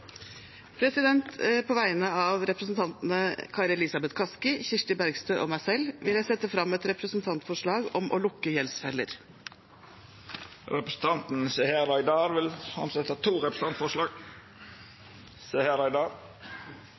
På vegne av representantene Kari Elisabeth Kaski, Kirsti Bergstø og meg selv vil jeg framsette et representantforslag om å lukke gjeldsfeller. Representanten Seher Aydar til setja fram to representantforslag.